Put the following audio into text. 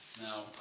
Now